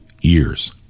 years